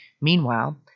Meanwhile